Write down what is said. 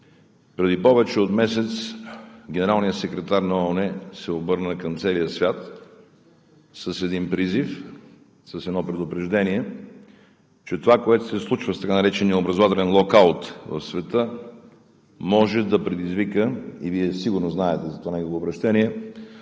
Преди повече от месец генералният секретар на ООН се обърна към целия свят с един призив, с едно предупреждение, че това, което се случва с така наречения образователен локаут в света, може да предизвика – и Вие сигурно знаете за това негово обръщение